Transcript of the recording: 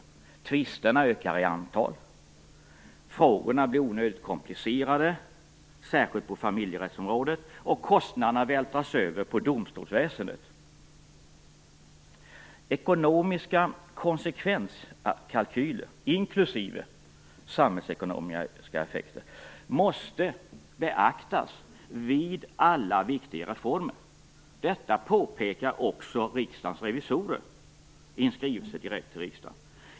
Tvisterna ökar i antal, frågorna blir onödigt komplicerade, särskilt på familjerättsområdet, och kostnaderna vältras över på domstolsväsendet. Ekonomiska konsekvenskalkyler liksom även samhällsekonomiska effekter måste beaktas vid alla viktiga reformer. Detta påpekar också Riksdagens revisorer i en skrivelse direkt till riksdagen.